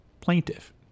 plaintiff